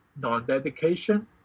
non-dedication